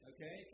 Okay